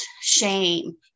shame